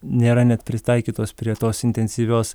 nėra net pritaikytos prie tos intensyvios